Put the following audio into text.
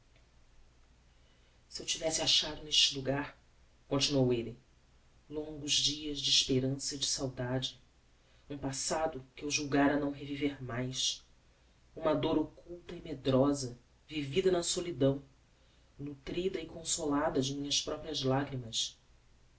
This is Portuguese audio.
se eu tivesse achado neste logar continuou elle longos dias de esperança e de saudade um passado que eu julgára não reviver mais uma dor occulta e medrosa vivida na solidão nutrida e consolada de minhas próprias lagrimas